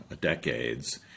decades